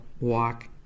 walk